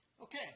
Okay